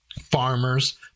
Farmers